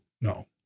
No